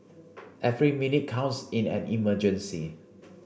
every minute counts in an emergency